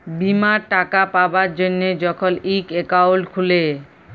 বীমার টাকা পাবার জ্যনহে যখল ইক একাউল্ট খুলে